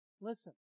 listen